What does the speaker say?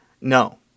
No